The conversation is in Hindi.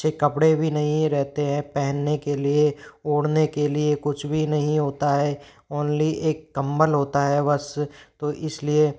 अच्छे कपड़े भी नहीं रहते है पहनने के लिए ओड़ने के लिए कुछ भी नहीं होता है ओन्ली एक कंबल होता है बस तो इस लिए